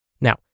Now